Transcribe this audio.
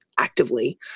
actively